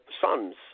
sons